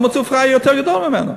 לא מצאו פראייר יותר גדול ממנו.